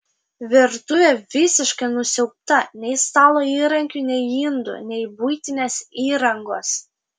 virtuvė visiškai nusiaubta nei stalo įrankių nei indų nei buitinės įrangos